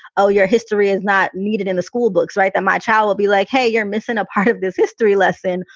oh, your history is not needed in the school books. right. that my child will be like, hey, you're missing a part of this history lesson.